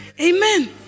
Amen